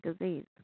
disease